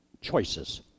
choices